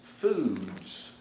foods